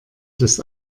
das